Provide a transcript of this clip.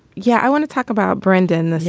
yeah i want to talk about brendan.